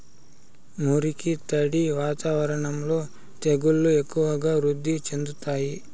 మురికి, తడి వాతావరణంలో తెగుళ్లు ఎక్కువగా వృద్ధి చెందుతాయి